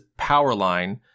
Powerline